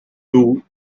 low